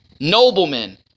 noblemen